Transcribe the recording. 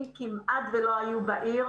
כמעט שלא היו טיפולים רגשיים בעיר.